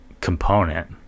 component